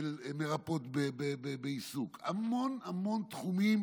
של מרפאות בעיסוק, המון המון תחומים